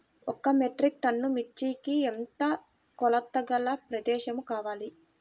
ఒక metric ton మిర్చికి ఎంత కొలతగల ప్రదేశము కావాలీ?